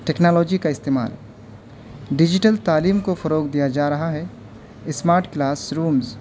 technology کا استعمال digital تعلیم کو فروغ دیا جا رہا ہے اسماٹ کلاس رومس